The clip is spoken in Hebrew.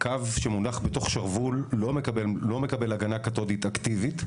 קו שמונח בתוך שרוול לא מקבל הגנה קתודית אקטיבית,